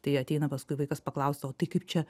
tai ateina paskui vaikas paklaust o tai kaip čia